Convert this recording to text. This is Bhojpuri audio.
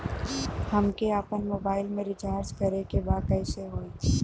हमके आपन मोबाइल मे रिचार्ज करे के बा कैसे होई?